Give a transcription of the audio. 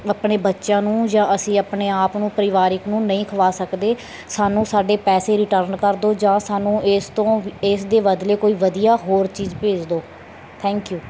ਆਪਣੇ ਬੱਚਿਆਂ ਨੂੰ ਜਾਂ ਅਸੀਂ ਆਪਣੇ ਆਪ ਨੂੰ ਪਰਿਵਾਰਿਕ ਨੂੰ ਨਹੀਂ ਖਵਾ ਸਕਦੇ ਸਾਨੂੰ ਸਾਡੇ ਪੈਸੇ ਰਿਟਰਨ ਕਰ ਦਿਓ ਜਾਂ ਸਾਨੂੰ ਇਸ ਤੋਂ ਇਸ ਦੇ ਬਦਲੇ ਕੋਈ ਵਧੀਆ ਹੋਰ ਚੀਜ਼ ਭੇਜ ਦਿਓ ਥੈਂਕ ਯੂ